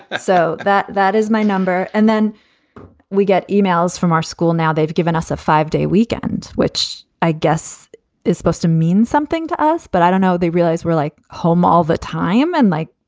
so that that is my number. and then we get emails from our school. now, they've given us a five day weekend, which i guess is supposed to mean something to us. but i don't know. they realize we're like home all the time and like,